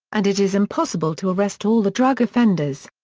and it is impossible to arrest all the drug offenders.